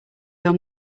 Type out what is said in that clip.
your